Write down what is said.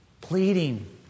Pleading